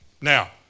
Now